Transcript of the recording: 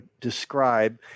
describe